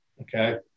okay